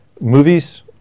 Movies